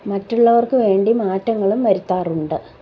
മറ്റുള്ളവർക്ക് വേണ്ടി മാറ്റങ്ങളും വരുത്താറുണ്ട്